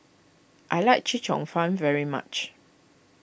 I like Chee Cheong Fun very much